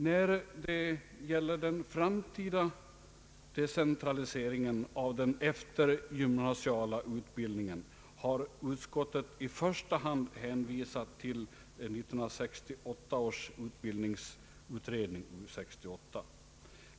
När det gäller den framtida decentraliseringen av den eftergymnasiala utbildningen har utskottet i första hand hänvisat till 1968 års utbildningsutredning, U 68.